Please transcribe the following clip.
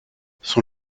son